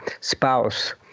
spouse